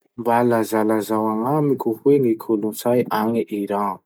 Mba lazalazao agnamiko hoe ny kolotsay agny Iran?